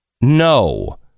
No